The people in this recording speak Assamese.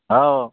অও